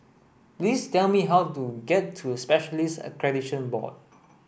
please tell me how to get to Specialists Accreditation Board